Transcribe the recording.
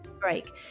break